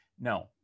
No